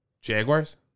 Jaguars